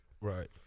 right